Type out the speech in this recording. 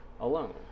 Alone